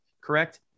correct